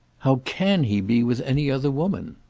how can he be with any other woman?